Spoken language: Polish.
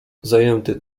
zajęty